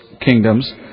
kingdoms